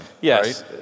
Yes